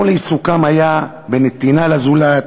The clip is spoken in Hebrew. כל עיסוקם היה בנתינה לזולת,